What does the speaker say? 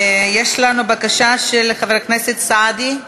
יש לנו בקשה של חבר הכנסת סעדי.